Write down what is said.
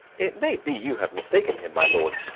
it may be you have mistaken him, my lord.